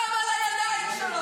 דם על הידיים שלו.